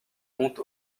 honte